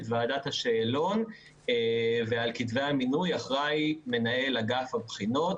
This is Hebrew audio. את ועדת השאלון ועל כתבי המינוי אחראי מנהל אגף הבחינות,